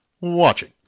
Watching